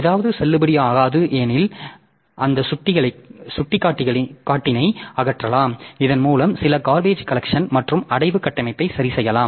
ஏதாவது செல்லுபடியாகாது எனில் அந்த சுட்டிக்காட்டினை அகற்றலாம் இதன் மூலம் சில கார்பேஜ் கலெக்சன் மற்றும் அடைவு கட்டமைப்பை சரிசெய்யலாம்